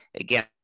again